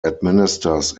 administers